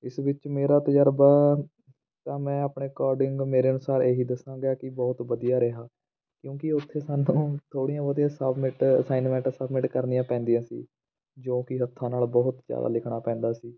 ਇਸ ਵਿੱਚ ਮੇਰਾ ਤਜ਼ਰਬਾ ਤਾਂ ਮੈਂ ਆਪਣੇ ਅਕੋਡਿੰਗ ਮੇਰੇ ਅਨੁਸਾਰ ਇਹੀ ਦੱਸਾਂਗਾ ਕਿ ਬਹੁਤ ਵਧੀਆ ਰਿਹਾ ਕਿਉਂਕਿ ਉੱਥੇ ਸਾਨੂੰ ਥੋੜ੍ਹੀਆਂ ਬਹੁਤੀਆਂ ਸਬਮਿਟ ਅਸਾਈਨਮੈਂਟਾਂ ਸਬਮਿਟ ਕਰਨੀਆਂ ਪੈਂਦੀਆਂ ਸੀ ਜੋ ਕਿ ਹੱਥਾਂ ਨਾਲ ਬਹੁਤ ਜ਼ਿਆਦਾ ਲਿਖਣਾ ਪੈਂਦਾ ਸੀ